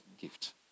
gift